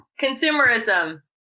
Consumerism